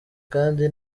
kandi